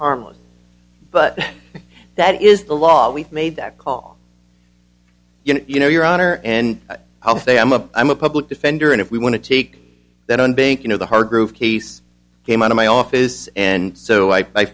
harmless but that is the law we made that call you know your honor and i'll say i'm a i'm a public defender and if we want to take that on bank you know the hargrove case came out of my office and so i